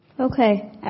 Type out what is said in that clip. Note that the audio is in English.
Okay